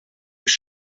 ich